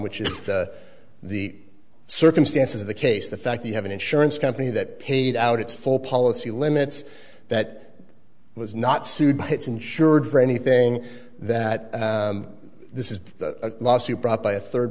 which is the circumstances of the case the fact you have an insurance company that paid out its full policy limits that was not sued by its insured for anything that this is a lawsuit brought by a third